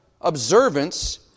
observance